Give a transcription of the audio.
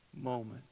moment